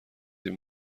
این